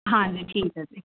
ਹਾਂਜੀ ਠੀਕ ਹੈ ਜੀ